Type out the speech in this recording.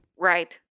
Right